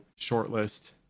shortlist